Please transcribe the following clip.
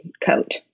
coat